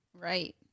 Right